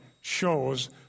shows